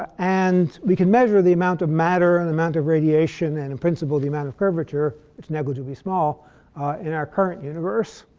and we can measure the amount of matter, and the amount of radiation, and in principal the amount of curvature it's negligibly small in our current universe.